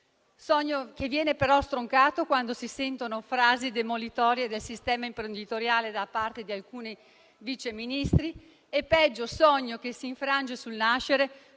sogno che viene, però, stroncato quando si sentono frasi demolitorie del sistema imprenditoriale da parte di alcuni Sottosegretari, e - peggio - un sogno che si infrange sul nascere